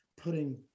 putting